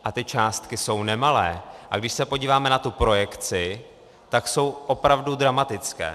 A ty částky jsou nemalé, a když se podíváme na tu projekci, tak jsou opravdu dramatické.